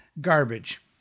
garbage